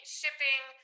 shipping